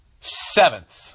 seventh